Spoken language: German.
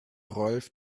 rolf